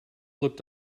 looked